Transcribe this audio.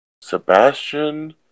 Sebastian